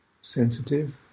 sensitive